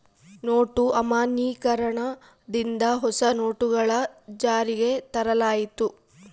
note ಅಮಾನ್ಯೀಕರಣ ದಿಂದ ಹೊಸ ನೋಟುಗಳು ಜಾರಿಗೆ ತರಲಾಯಿತು